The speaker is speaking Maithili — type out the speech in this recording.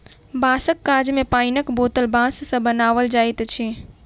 बाँसक काज मे पाइनक बोतल बाँस सॅ बनाओल जाइत अछि